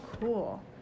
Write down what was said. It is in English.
cool